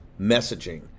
messaging